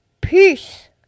Peace